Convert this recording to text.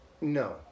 No